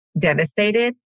devastated